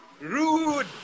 Rude